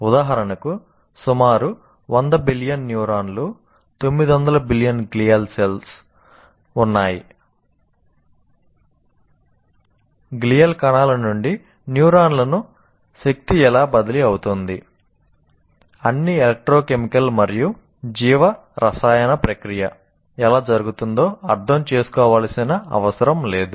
ఉదాహరణకు సుమారు 100 బిలియన్ న్యూరాన్లు మరియు జీవరసాయన ప్రక్రియ ఎలా జరుగుతుందో అర్థం చేసుకోవలసిన అవసరం లేదు